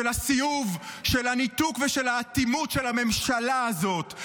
של הסיאוב, של הניתוק ושל האטימות של הממשלה הזאת.